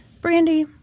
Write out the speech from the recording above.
Brandy